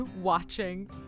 watching